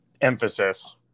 emphasis